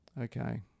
Okay